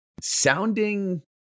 sounding